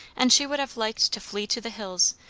and she would have liked to flee to the hills,